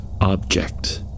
Object